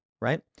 right